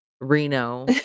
Reno